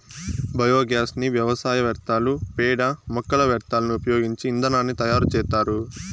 biogas ని వ్యవసాయ వ్యర్థాలు, పేడ, మొక్కల వ్యర్థాలను ఉపయోగించి ఇంధనాన్ని తయారు చేత్తారు